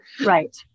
Right